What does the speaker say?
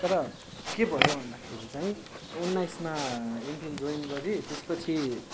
तर के भयो भन्दाखेरि चाहिँ उन्नाइसमा एमफिल जोइन गरेँ त्यसपछि